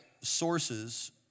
sources